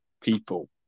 people